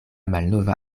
malnova